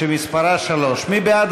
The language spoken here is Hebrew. שמספרה 3. מי בעד